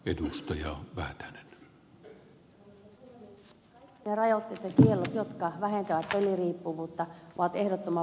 ne rajoitteet ja kiellot jotka vähentävät peliriippuvuutta ovat ehdottoman välttämättömiä